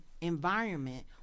environment